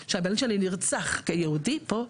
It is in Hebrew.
שהבת שלי נרצח כיהודי פה,